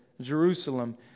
Jerusalem